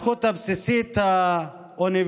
בין חודש לשלושה יש חודשיים, נקבע